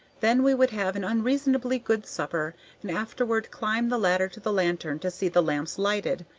then we would have an unreasonably good supper and afterward climb the ladder to the lantern to see the lamps lighted,